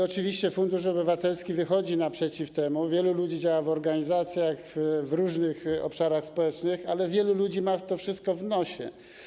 Oczywiście fundusz obywatelski wychodzi temu naprzeciw, wielu ludzi działa w organizacjach, w różnych obszarach społecznych, ale wielu ludzi ma to wszystko w nosie.